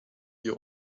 your